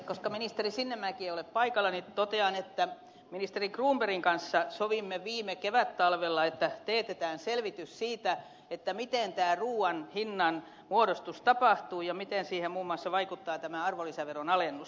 koska ministeri sinnemäki ei ole paikalla totean että ministeri cronbergin kanssa sovimme viime kevättalvella että teetetään selvitys siitä miten ruuan hinnanmuodostus tapahtuu ja miten siihen muun muassa vaikuttaa arvonlisäveron alennus